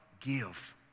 give